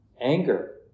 anger